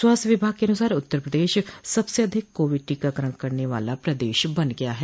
स्वास्थ्य विभाग के अनुसार उत्तर प्रदेश सबसे अधिक कोविड टीकाकरण करने वाला प्रदेश बन गया है